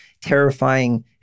terrifying